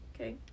Okay